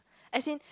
as in